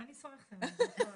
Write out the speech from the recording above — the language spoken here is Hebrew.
ויש משהו שהוא נכון באמת,